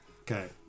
Okay